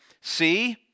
See